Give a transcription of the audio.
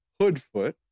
Hoodfoot